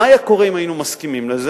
מה היה קורה אם היינו מסכימים לזה?